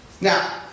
Now